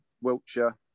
wiltshire